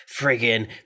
friggin